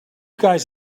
guys